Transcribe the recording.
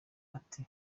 ati